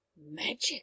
Magic